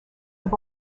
have